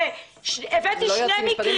הבאתי שני מקרים.